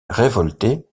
révolté